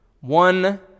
One